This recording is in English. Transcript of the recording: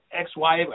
ex-wife